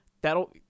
that'll